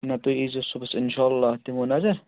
نہ تُہۍ یی زیٚو صُبحس انشاءاللہ اتھ دِمو نظر